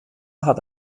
hat